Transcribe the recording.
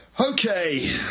Okay